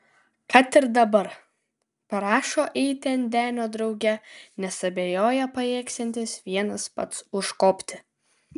kad ir dabar prašo eiti ant denio drauge nes abejoja pajėgsiantis vienas pats užkopti